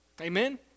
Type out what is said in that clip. Amen